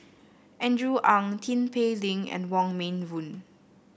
Andrew Ang Tin Pei Ling and Wong Meng Voon